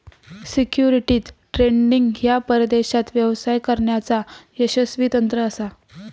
securities trading ह्या परदेशात व्यवसाय करण्याचा यशस्वी तंत्र असा